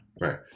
right